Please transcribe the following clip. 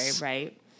right